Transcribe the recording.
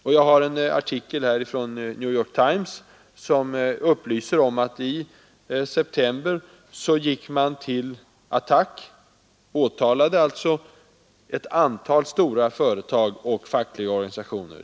I en artikel i New York Times upplyses att man i september gick till attack och åtalade ett antal stora företag och fackliga organisationer.